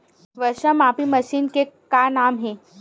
वर्षा मापी मशीन के का नाम हे?